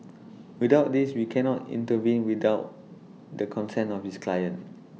without this we cannot intervene without the consent of this client